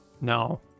No